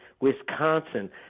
Wisconsin